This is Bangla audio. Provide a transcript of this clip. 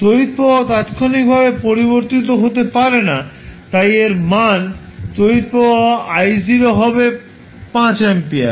তড়িৎ প্রবাহ তাত্ক্ষণিকভাবে পরিবর্তিত হতে পারে না তাই এর মান তড়িৎ প্রবাহ I0 হবে 5 অ্যাম্পিয়ার